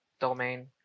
domain